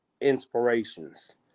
inspirations